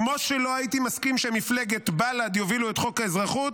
כמו שלא הייתי מסכים שמפלגת בל"ד יובילו את חוק האזרחות,